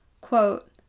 Quote